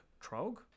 Trog